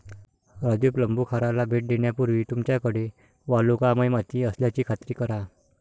राजू प्लंबूखाराला भेट देण्यापूर्वी तुमच्याकडे वालुकामय माती असल्याची खात्री करा